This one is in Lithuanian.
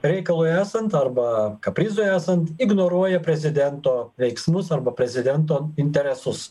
reikalui esant arba kaprizui esant ignoruoja prezidento veiksmus arba prezidento interesus